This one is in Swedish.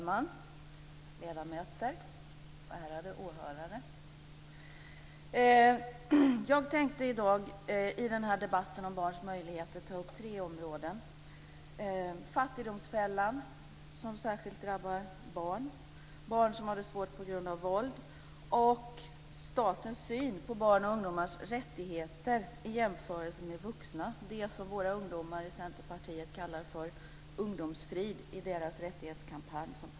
Fru talman! Ledamöter! Ärade åhörare! Jag tänkte i dag i den här debatten om barns möjligheter ta upp tre områden: fattigdomsfällan, som särskilt drabbar barn, barn som har det svårt på grund av våld och statens syn på barns och ungdomars rättigheter i jämförelse med vuxna. Det är det som våra ungdomar i Centerpartiet kallar för "ungdomsfrid" i sin just nu pågående rättighetskampanj.